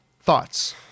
thoughts